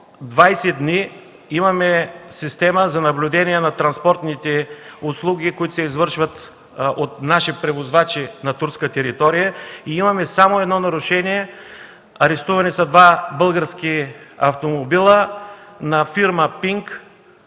20 дни имаме система за наблюдение на транспортните услуги, които се извършват от наши превозвачи на турска територия. Имаме само едно нарушение – арестувани са два български автомобила на фирма ПИМК.